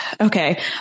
Okay